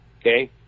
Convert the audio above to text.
Okay